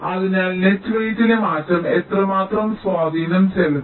അതിനാൽ നെറ്റ് വെയ്റ്റിലെ മാറ്റം എത്രമാത്രം സ്വാധീനം ചെലുത്തും